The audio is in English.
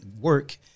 work